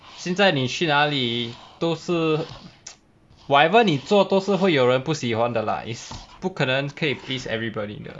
现在你去哪里都是 whatever 你做都是会有人不喜欢的 lah is 不可能可以 please everybody 的